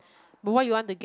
but what you want to get